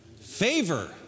Favor